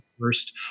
first